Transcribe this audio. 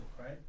right